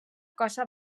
cosa